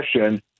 question